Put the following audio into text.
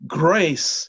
grace